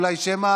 אולי שמא